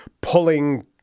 pulling